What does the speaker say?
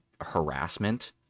harassment